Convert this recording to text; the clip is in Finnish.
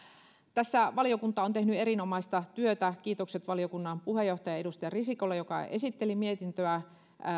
tässä valiokunta on tehnyt erinomaista työtä kiitokset valiokunnan puheenjohtajalle edustaja risikolle joka esitteli mietintöä